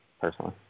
personally